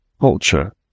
culture